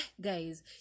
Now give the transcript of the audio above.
guys